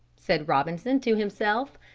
said robinson to himself.